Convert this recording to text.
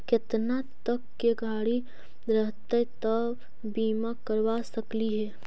केतना तक के गाड़ी रहतै त बिमा करबा सकली हे?